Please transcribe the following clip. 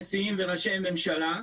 נשיאים וראשי ממשלה.